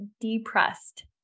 depressed